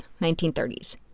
1930s